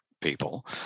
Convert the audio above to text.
people